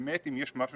שבאמת אם יש משהו